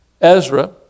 Ezra